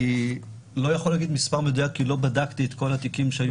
אני לא יכול להגיד מספר מדויק כי לא בדקתי את כל התיקים שהיו קודם,